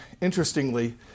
interestingly